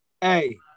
Hey